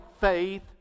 faith